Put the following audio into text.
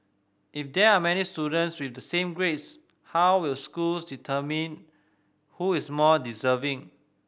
if there are many students with the same grades how will schools determine who is more deserving